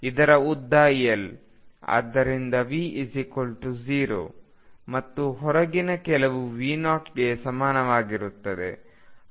ಆದ್ದರಿಂದ V 0 ಮತ್ತು ಹೊರಗಿನ ಕೆಲವು V0ಗೆ ಸಮಾನವಾಗಿರುತ್ತದೆ